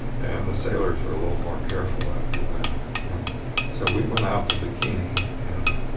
and the sailors were a little more careful after that. and so we went out to bikini. and